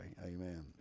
Amen